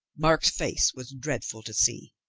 mark's face was dreadful to see.